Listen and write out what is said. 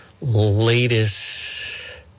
latest